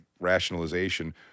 rationalization